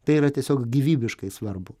tai yra tiesiog gyvybiškai svarbu